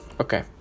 Okay